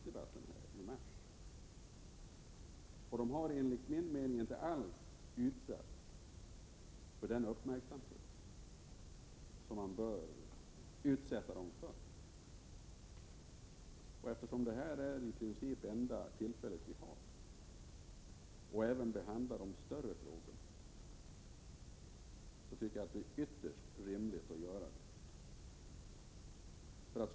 Moderaternas argument har enligt min mening inte utsatts för den uppmärksamhet som de borde utsättas för. Eftersom detta i princip är det enda tillfälle vi har att även behandla de större frågorna, är det ytterst rimligt att vi tar det tillfället i akt.